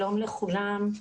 שלום לכולם.